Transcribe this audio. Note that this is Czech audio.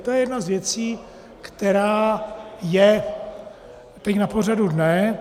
To je jedna z věcí, která je teď na pořadu dne.